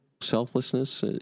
Selflessness